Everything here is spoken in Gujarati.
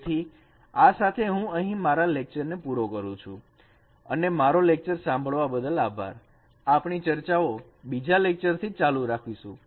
તેથી આ સાથે હું અહીં મારું લેક્ચર પૂરો કરું છું અને મારો લેક્ચર સાંભળવા બદલ આભાર આપણી ચર્ચાઓ બીજા લેક્ચર થી ચાલુ રાખીશું